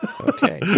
Okay